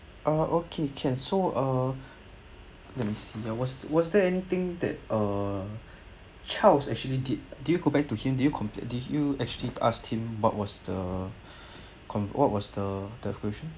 uh okay can so uh let me see there was was there anything that uh charles actually did did you go back to him did you complain did you actually asked him what was the conv~ what was the description